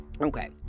Okay